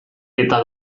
eta